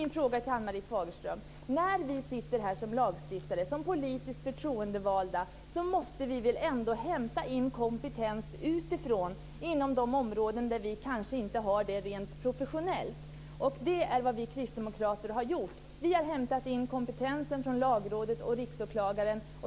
När vi sitter här som lagstiftare och politiskt förtroendevalda, måste vi väl hämta in kompetens utifrån inom de områden där vi kanske inte har professionell kompetens. Det är vad vi kristdemokrater har gjort. Vi har hämtat in kompetensen från Lagrådet och Riksåklagaren.